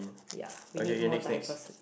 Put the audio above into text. ya we need more diverse